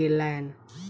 गेलैन